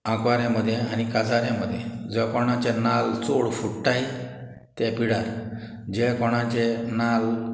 आंकवाऱ्यां मोदें आनी काजाऱ्यां मोदें जें कोणाचें नाल्ल चोड फुडटाय ते पिडार जे कोणाचे नाल्ल